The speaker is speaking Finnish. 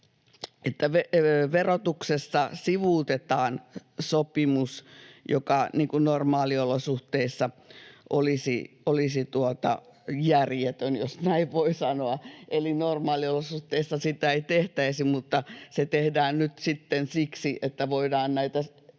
että verotuksessa sivuutetaan sopimus, joka normaaliolosuhteissa olisi järjetön, jos näin voi sanoa. Eli normaaliolosuhteissa sitä ei tehtäisi, mutta se tehdään nyt sitten siksi, että voidaan näitä